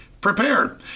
prepared